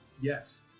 Yes